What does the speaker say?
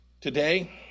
Today